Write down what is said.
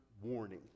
warning